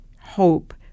hope